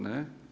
Ne.